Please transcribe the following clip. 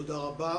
תודה רבה.